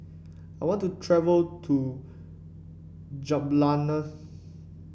I want to travel to Jubljana